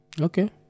Okay